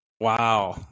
Wow